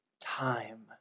time